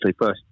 first